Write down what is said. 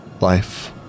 life